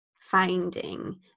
finding